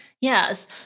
Yes